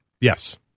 Yes